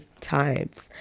times